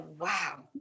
wow